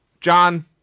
John